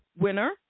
winner